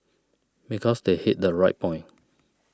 because they hit the right point